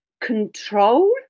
control